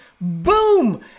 boom